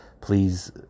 please